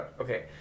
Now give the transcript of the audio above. Okay